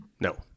No